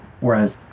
Whereas